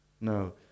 No